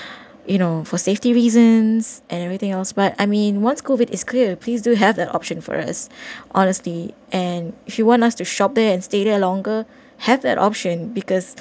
you know for safety reasons and everything else but I mean once COVID is clear please do have an option for us honestly and she want us to shop there and stay there longer have that option because